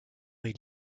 est